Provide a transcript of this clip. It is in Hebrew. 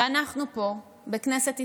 ואנחנו פה, בכנסת ישראל,